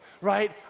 Right